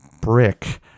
brick